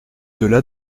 delà